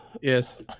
Yes